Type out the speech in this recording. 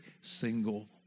single